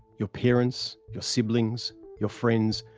your parents, your siblings, your friends,